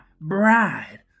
Bride